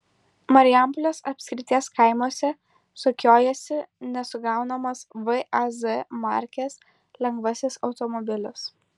marijampolės apskrities kaimuose sukiojasi nesugaunamas vaz markės lengvasis automobilis